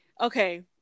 Okay